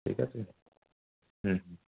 ঠিক আছে হুম হুম